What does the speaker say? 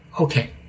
okay